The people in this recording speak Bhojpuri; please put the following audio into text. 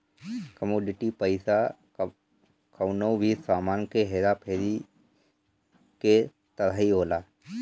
कमोडिटी पईसा कवनो भी सामान के हेरा फेरी के तरही होला